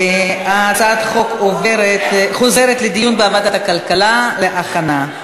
הצעת החוק חוזרת לדיון בוועדת הכלכלה, להכנה.